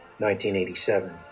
1987